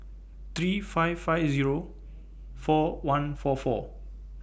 three five five Zero four one four four